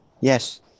Yes